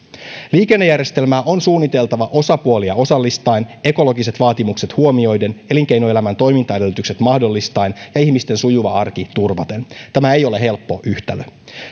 liikennejärjestelmää on suunniteltava osapuolia osallistaen ekologiset vaatimukset huomioiden elinkeinoelämän toimintaedellytykset mahdollistaen ja ihmisten sujuva arki turvaten tämä ei ole helppo yhtälö